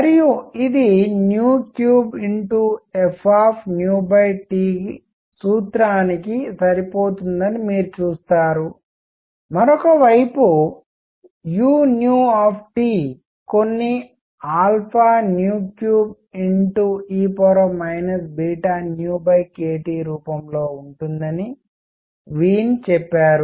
మరియు ఇది 3f సూత్రానికి సరిపోతుందని మీరు చూస్తారు మరోవైపు u కొన్ని3e kT రూపంలో ఉంటుందని వీన్ చెప్పారు